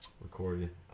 recorded